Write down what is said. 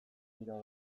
bira